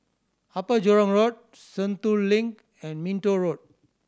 Upper Jurong Road Sentul Link and Minto Road